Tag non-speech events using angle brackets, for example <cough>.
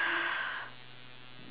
<breath>